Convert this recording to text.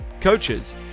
coaches